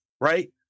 right